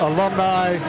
Alumni